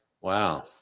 wow